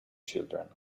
children